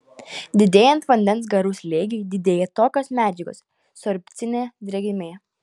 didėjant vandens garų slėgiui didėja tokios medžiagos sorbcinė drėgmė